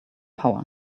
power